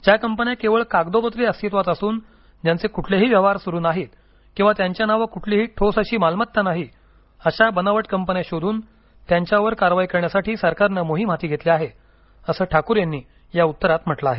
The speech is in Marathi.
ज्या कंपन्या केवळ कागदोपत्री अस्तित्वात असून ज्यांचे कुठलेही व्यवहार सुरू नाहीत किंवा त्यांच्या नावे कुठलीही ठोस अशी मालमत्ता नाही अशा बनावट कंपन्या शोधून त्यांच्यावर कारवाई करण्यासाठी सरकारनं मोहीम हाती घेतली आहे असं ठाकूर यांनी या उत्तरात म्हटलं आहे